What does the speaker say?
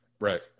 right